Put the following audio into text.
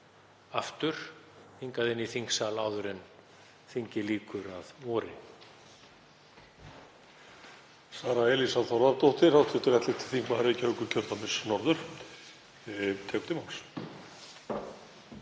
aftur inn í þingsal áður en þingi lýkur að vori.